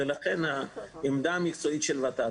לכן העמדה המקצועית של ות"ת,